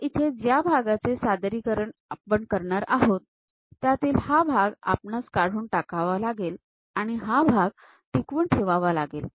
तर इथे ज्या भागाचे सादरीकरण आपण करणार आहोत त्यातील हा भाग आपणास काढून टाकावा लागेल आणि हा भाग टिकवून ठेवावा लागेल